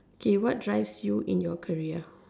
okay what drives you in your career